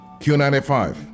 Q95